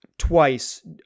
Twice